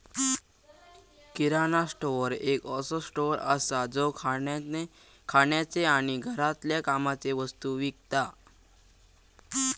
किराणा store एक असो store असा जो खाण्याचे आणि घरातल्या कामाचे वस्तु विकता